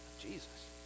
Jesus